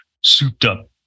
souped-up